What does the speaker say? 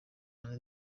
hanze